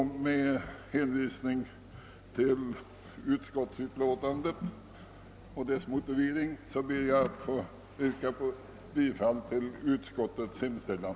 Med hänvisning till utskottets motivering ber jag att få yrka bifall till utskottets hemställan.